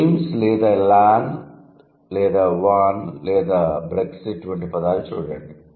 AIIMS లేదా lawn లేదా van లేదా బ్రెక్సిట్ వంటి పదాలు చూడండి